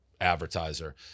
advertiser